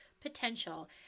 potential